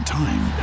time